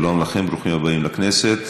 שלום לכם, ברוכים הבאים לכנסת.